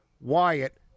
Wyatt